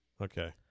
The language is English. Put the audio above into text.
Okay